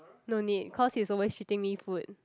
no need cause he's always treating me food